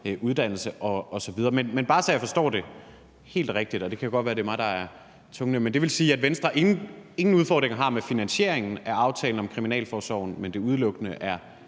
uddannelse osv. Men det er bare, så jeg forstår det helt rigtigt, og det kan jo godt være, at det er mig, der er tungnem: Det vil sige, at Venstre ingen udfordringer har med finansieringen af aftalen om kriminalforsorgen, men at det udelukkende er